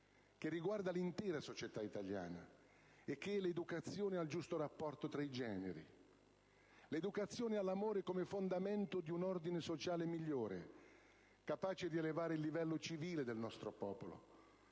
che riguarda l'intera società italiana e che è l'educazione al giusto rapporto tra i generi, l'educazione all'amore come fondamento di un ordine sociale migliore, capace di elevare il livello civile del nostro popolo.